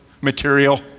material